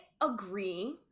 agree